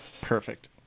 Perfect